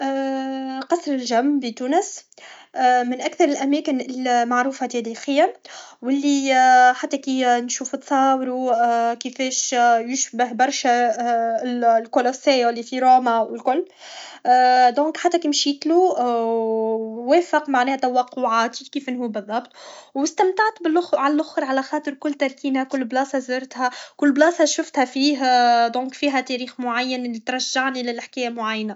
قصر الجم بتونس من اكثر الأماكن المعروفة تاريخيا ولي حتى كي نشوف تصاوروكفاش يشبه برشه للكوليسيو لي في روما و لكل دونك حتى كي مشيتلو ووافق توقعاتي كيفنهو بالضبط و استمتعت بالخر علخر على خاطر كل تركينة كل بلاصة شفتها فيه دونك فيها تاريخ معين ترجعني لحكاية معينة